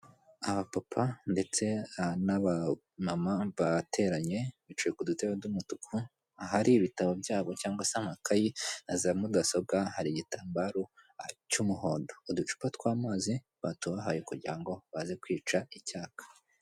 Abapapa ndetse n'abamama bateranye, bicaye ku dutebe tw'umutuku, ahari ibitabo byabo cyangwa se amakayi na za mudasobwa hari igitambaro cy'umuhondo. Uducupa tw'amazi batubahaye kugira ngo baze kwica icyaka.